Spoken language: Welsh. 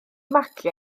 magu